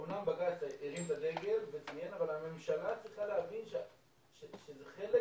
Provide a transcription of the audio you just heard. אמנם בג"ץ הרים את הדגל אבל הממשלה צריכה להבין שזה חלק